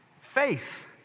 Faith